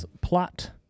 plot